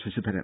Sasidharan